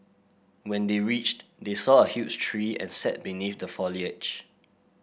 when they reached they saw a huge tree and sat beneath the foliage